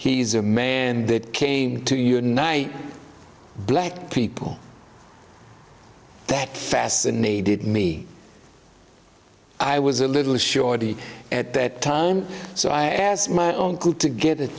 he's a man that came to unite black people that fascinated me i was a little shorty at that time so i asked my uncle to get